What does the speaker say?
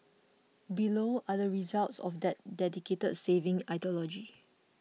below are the results of that dedicated saving ideology